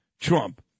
Trump